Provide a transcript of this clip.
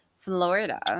Florida